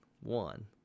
one